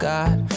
God